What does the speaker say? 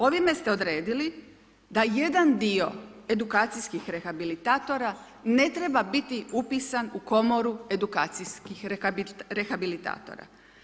Ovime ste odredili da jedan dio edukacijskih rehabilitatora ne treba biti upisan u Komoru edukacijskih rehabilitatora.